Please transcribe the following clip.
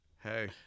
hey